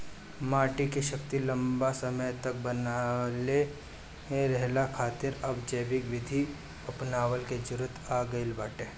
माटी के शक्ति लंबा समय तक बनवले रहला खातिर अब जैविक विधि अपनऊला के जरुरत आ गईल बाटे